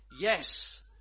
yes